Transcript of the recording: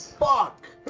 fuck!